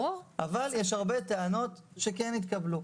אבל יש הרבה טענות שכן התקבלו.